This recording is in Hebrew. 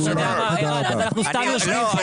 רן, אנחנו סתם יושבים כאן.